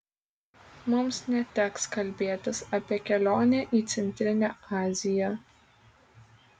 mums neteks kalbėtis apie kelionę į centrinę aziją